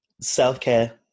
self-care